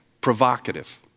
provocative